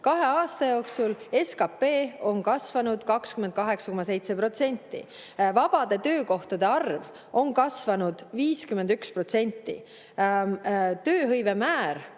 kahe aasta jooksul SKT on kasvanud 28,7%, vabade töökohtade arv on kasvanud 51%, tööhõive määr